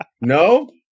No